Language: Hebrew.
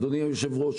אדוני היושב-ראש,